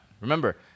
Remember